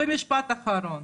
משפט אחרון.